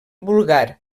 vulgar